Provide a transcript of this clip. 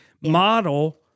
model